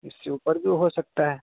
اس سے اوپر بھی ہو سکتا ہے